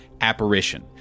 apparition